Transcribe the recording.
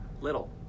Little